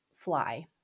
fly